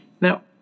Now